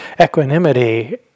equanimity